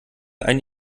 ein